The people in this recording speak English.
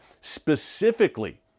specifically